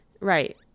right